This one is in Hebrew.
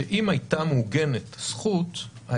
שאם הייתה מעוגנת זכות,